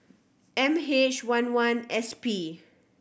M H one one S P